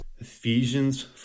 Ephesians